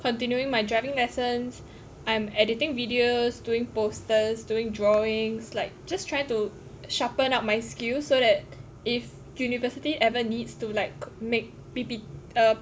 continuing my driving lessons I am editing videos doing posters doing drawings like just try to sharpen up my skills so that if university ever needs to like make P P err